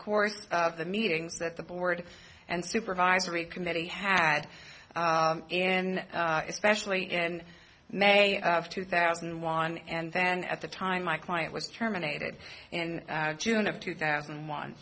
course of the meetings that the board and supervisory committee had in especially in may of two thousand and one and then at the time my client was terminated in june of two thousand